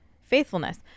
faithfulness